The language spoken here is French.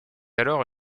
alors